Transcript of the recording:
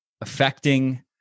affecting